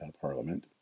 Parliament